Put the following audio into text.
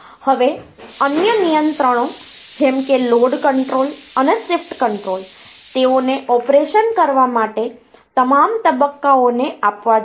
હવે અન્ય નિયંત્રણો જેમ કે લોડ કંટ્રોલ અને શિફ્ટ કંટ્રોલ તેઓને ઓપરેશન કરવા માટે તમામ તબક્કાઓને આપવા જોઈએ